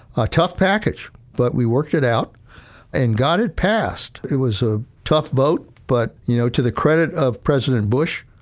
ah tough package, but we worked it out and got it passed. it was a tough vote. but, you know, to the credit of president bush,